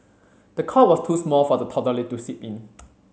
the cot was too small for the toddler to sleep in